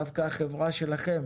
דווקא החברה שלכם